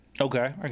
okay